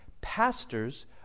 Pastors